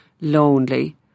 lonely